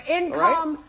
income